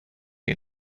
you